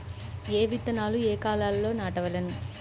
ఏ విత్తనాలు ఏ కాలాలలో నాటవలెను?